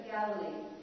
Galilee